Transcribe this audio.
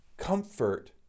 comfort